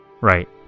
right